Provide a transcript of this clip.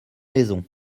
maison